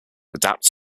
adapt